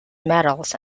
metals